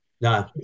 No